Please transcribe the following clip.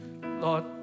Lord